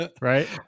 right